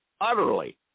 utterly